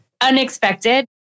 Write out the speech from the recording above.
unexpected